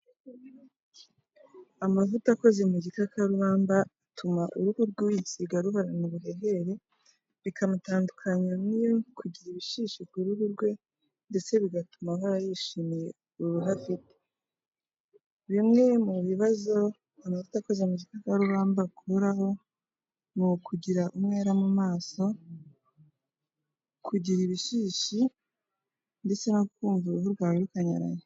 Amavuta akoze mu gikakarubamba atuma uruhu rw'uyisiga ruhoranirana ubuhehere bikanatandukanya no kugira ibishishi ku ruhu rwe ndetse bigatumahora yishimiye uruhu afite. Bimwe mu bibazo amavuta akoze mu gikakarubamba akuraho ni ukugira umwera mu maso, kugira ibishishi, ndetse no kumva uruhu rwawe rukanyaranye.